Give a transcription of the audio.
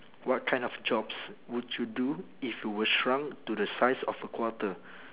what kind of jobs would you do if you were shrunk to the size of a quarter